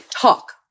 talk